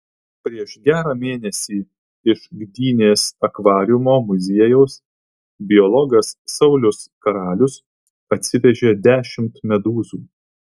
prieš gerą mėnesį iš gdynės akvariumo muziejaus biologas saulius karalius atsivežė dešimt medūzų